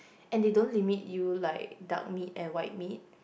and they don't limit you like duck meat and white meat